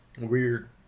Weird